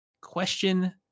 Question